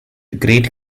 great